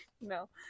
No